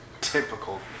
Typical